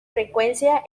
frecuencia